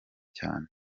cyane